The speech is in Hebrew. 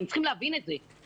אתם צריכים להבין את זה.